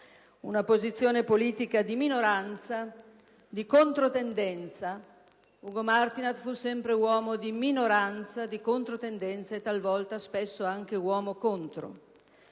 una posizione politica di minoranza, di controtendenza. Egli fu sempre uomo di minoranza, di controtendenza e talvolta anche uomo contro;